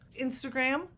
Instagram